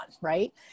right